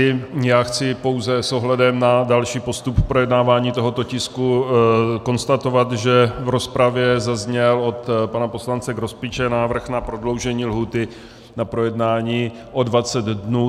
Já chci pouze s ohledem na další postup v projednávání tohoto tisku konstatovat, že v rozpravě zazněl od pana poslance Grospiče návrh na prodloužení lhůty na projednání o 20 dnů.